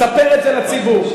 תספר את זה לציבור.